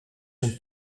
een